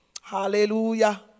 Hallelujah